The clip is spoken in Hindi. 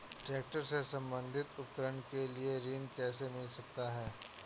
ट्रैक्टर से संबंधित उपकरण के लिए ऋण कैसे मिलता है?